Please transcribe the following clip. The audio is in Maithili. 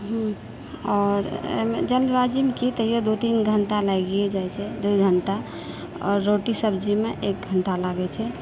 आओर अइमऽ जल्दबाजीमे की तैयो दू तीन घण्टा लागिए जाइ छै दू घण्टा और रोटी सब्जीमे एक घण्टा लागै छै